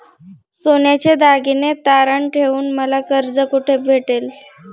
सोन्याचे दागिने तारण ठेवून मला कर्ज कुठे भेटेल?